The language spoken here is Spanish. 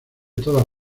todas